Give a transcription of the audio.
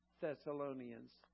Thessalonians